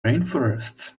rainforests